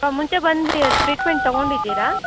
ಮುಂಚೆ ಬಂದು ಟ್ರೀಟ್ಮೆಂಟ್ ತೊಗೊಂಡಿದ್ದೀರಾ